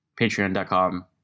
patreon.com